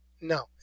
No